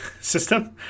system